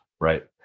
Right